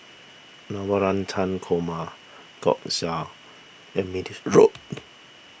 Navratan Korma Gyoza and